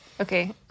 Okay